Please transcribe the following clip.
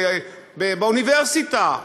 באוניברסיטה,